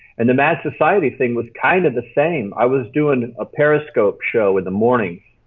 and the mass society thing was kind of the same. i was doing a periscope show in the morning,